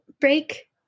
break